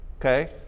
okay